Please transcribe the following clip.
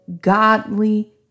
godly